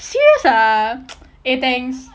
serious ah eh thanks